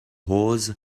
حوض